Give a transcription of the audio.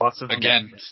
again